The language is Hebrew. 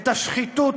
את השחיתות,